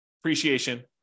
appreciation